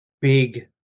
big